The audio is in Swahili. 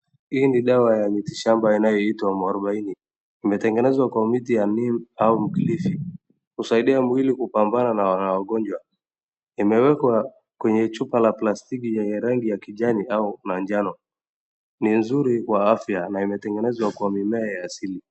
Hii ni dawa ya miti shamba inayoitwa muarubaini, imetengenezwa kwa mti ya Neem au Mkilifi, husaidia mwili kupambana na magonjwa, imewekwa kwenye chupa la plastiki yenye rangi ya kijani au manjano, ni nzuri kwa afya na imetengenezwa kwa mimea.